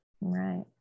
Right